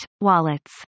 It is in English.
wallets